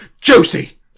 Josie